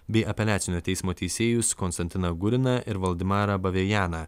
bei apeliacinio teismo teisėjus konstantiną guriną ir valdemarą bavėjeną